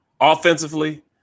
Offensively